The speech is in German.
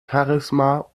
charisma